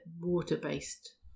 water-based